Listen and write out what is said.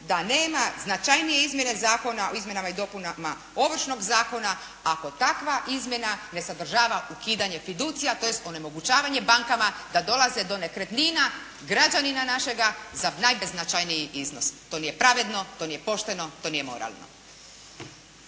da nema značajnije izmjene zakona o izmjenama i dopunama Ovršnog zakona ako takva izmjena ne sadržava ukidanje fiducija, tj. onemogućavanje bankama da dolaze do nekretnina, građanina našega za najbeznačajniji iznos. To nije pravedno, to nije pošteno, to nije moralno.